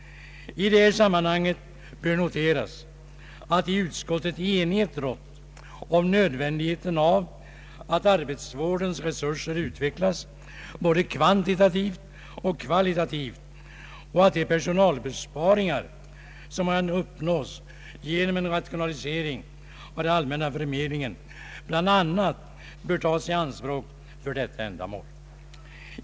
I detta sammanhang bör noteras att i utskottet enighet rått om nödvändigheten av att arbetsvårdens resurser utvecklas både kvantitativt och kvalitativt och att de personalbesparingar som kan uppnås genom en rationalisering av den allmänna förmedlingen bl.a. bör tas i anspråk för detta ändamål.